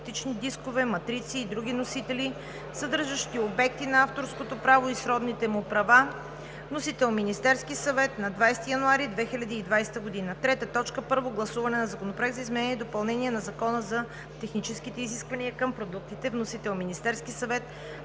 Вносител – Министерският съвет,